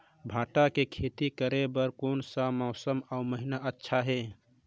भांटा के खेती करे बार कोन सा मौसम अउ महीना अच्छा हे?